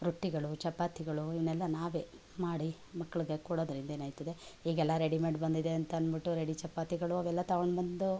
ರೊಟ್ಟಿಗಳು ಚಪಾತಿಗಳು ಇವನ್ನೆಲ್ಲ ನಾವೇ ಮಾಡಿ ಮಕ್ಳಿಗೆ ಕೊಡೋದ್ರಿಂದ ಏನಾಯ್ತದೆ ಈಗೆಲ್ಲ ರೆಡಿಮೇಡ್ ಬಂದಿದೆ ಅಂತ ಅಂದ್ಬಿಟ್ಟು ರೆಡಿ ಚಪಾತಿಗಳು ಅವೆಲ್ಲ ತಗೊಂಡ್ಬಂದು